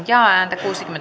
ja